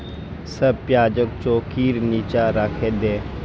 सब प्याजक चौंकीर नीचा राखे दे